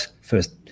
first